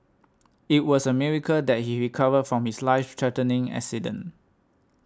it was a miracle that he recovered from his life threatening accident